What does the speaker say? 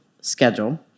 schedule